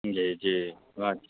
जी जी जी